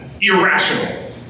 irrational